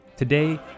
Today